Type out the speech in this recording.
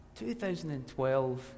2012